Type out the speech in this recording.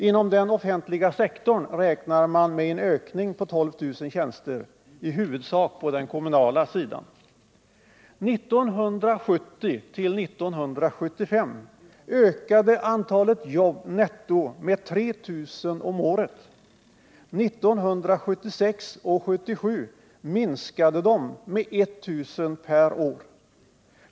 Inom den offentliga sektorn räknar man med en ökning på 12 000 tjänster — i huvudsak på den kommunala sidan. 1970-1975 ökade antalet jobb netto med 3 000 om året. 1976 och 1977 minskade de med 1000 per år.